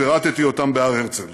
ופירטתי אותם בהר הרצל.